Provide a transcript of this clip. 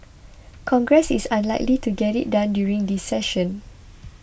congress is unlikely to get it done during this session